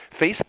Facebook